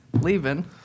leaving